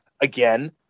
again